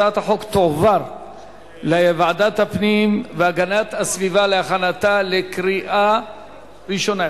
הצעת החוק תועבר לוועדת הפנים והגנת הסביבה להכנתה לקריאה ראשונה.